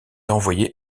envoyé